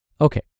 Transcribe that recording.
Okay